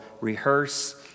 rehearse